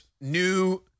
new